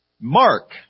Mark